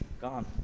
gone